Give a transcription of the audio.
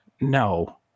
no